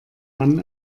mann